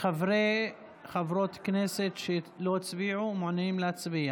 או חברות כנסת שלא הצביעו ומעוניינים להצביע?